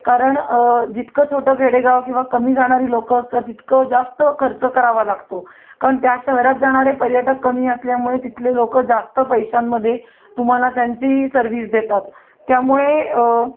कारण जितकं छोटं खेडेगाव किंवा कमी जाणारी लोकं असतात तितकं जास्त खर्च करावा लागतो कारण त्या शहरात जाणारे पर्यटक कमी असल्यामुळे तिथले लोकं जास्त पैशांमध्ये तुम्हाला त्यांची सर्विस देतात त्यामुळे